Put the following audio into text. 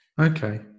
Okay